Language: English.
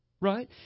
Right